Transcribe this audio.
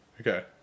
Okay